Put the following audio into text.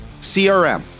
CRM